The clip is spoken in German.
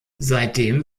seitdem